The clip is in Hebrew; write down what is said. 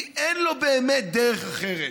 כי אין לו באמת דרך אחרת.